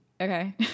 okay